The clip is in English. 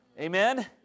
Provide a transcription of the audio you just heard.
Amen